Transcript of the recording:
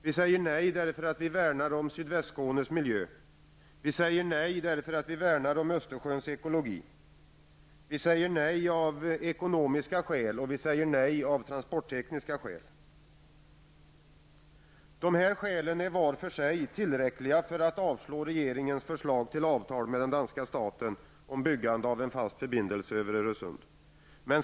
Vi säger nej för att vi värnar Sydvästskånes miljö, vi säger nej för att vi värnar om Östersjöns ekologi, vi säger nej av ekonomiska skäl och vi säger nej av transporttekniska skäl. Dessa skäl är var för sig klart tillräckliga för att avslå regeringens förslag till avtal med den danska staten om byggande av en fast förbindelse över Öresund.